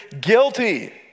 guilty